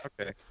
Okay